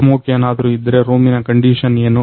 smoke ಏನಾದ್ರು ಇದ್ರೆ ರೂಮಿನ ಕಂಡಿಷನ್ ಏನು